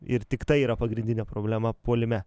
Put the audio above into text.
ir tik tai yra pagrindinė problema puolime